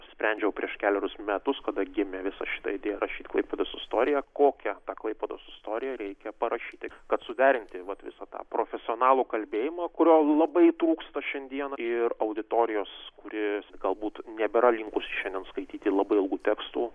sprendžiau prieš kelerius metus kada gimė visa šita idėja rašyt klaipėdos istoriją kokią tą klaipėdos istoriją reikia parašyti kad suderinti vat visą tą profesionalų kalbėjimą kurio labai trūksta šiandien ir auditorijos kuri galbūt nebėra linkusi šiandien skaityti labai ilgų tekstų